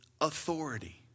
authority